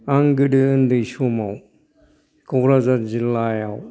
आं गोदो उन्दै समाव क'क्राझार जिल्लायाव